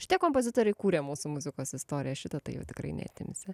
šitie kompozitoriai kūrė mūsų muzikos istoriją šito tai jau tikrai neatimsi